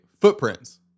Footprints